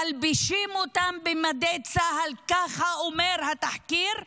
מלבישים אותם במדי צה"ל, ככה אומר התחקיר,